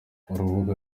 urubuga